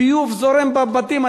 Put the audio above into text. ביוב זורם בבתים.